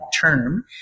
term